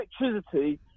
electricity